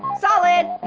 solid!